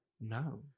No